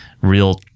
real